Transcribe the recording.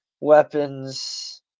weapons